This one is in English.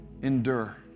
endure